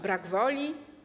Brak woli?